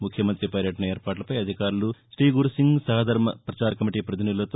ముఖ్యమంత్రి పర్యటన ఏర్పాట్లపై అధికారులు శ్రీగురుసింగ్ సహధర్మ పచార్ కమిటీ పతినిధులతో